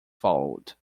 followed